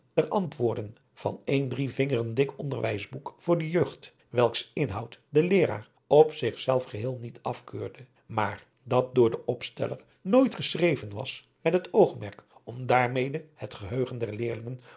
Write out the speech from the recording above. antwoorden van een drie vingeren dik onderwijsboek voor de jeugd welks inhoud de leeraar op zich zelf geheel niet afkeurde maar dat door den adriaan loosjes pzn het leven van johannes wouter blommesteyn opsteller nooit geschreven was met het oogmerk om daarmede het geheugen der leerlingen